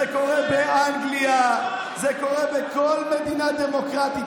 זה קורה באנגליה, זה קורה בכל מדינה דמוקרטית.